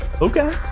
Okay